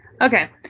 Okay